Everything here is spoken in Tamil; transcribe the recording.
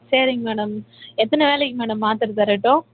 சரிங்க மேடம் எத்தனை வேலைக்கு மேடம் மாத்தரை தரட்டும்